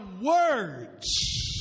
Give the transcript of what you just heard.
words